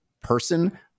person